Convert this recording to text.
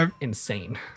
insane